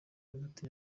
hagati